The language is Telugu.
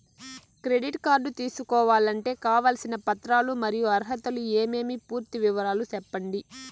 క్రెడిట్ కార్డు తీసుకోవాలంటే కావాల్సిన పత్రాలు మరియు అర్హతలు ఏమేమి పూర్తి వివరాలు సెప్పండి?